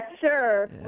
sure